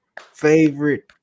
favorite